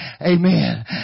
Amen